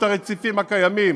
את הרציפים הקיימים,